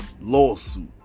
Lawsuit